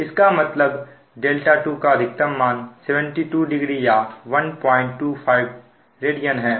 इसका मतलब δ2 का अधिकतम मान 720 या 125 रेडियन है